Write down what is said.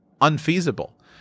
unfeasible